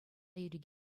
ирӗк